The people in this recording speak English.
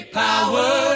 power